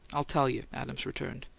i'll tell you, adams returned.